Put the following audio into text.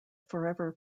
forever